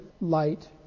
light